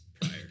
prior